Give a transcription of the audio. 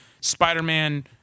Spider-Man